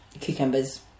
cucumbers